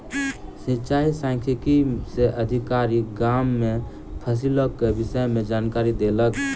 सिचाई सांख्यिकी से अधिकारी, गाम में फसिलक के विषय में जानकारी देलक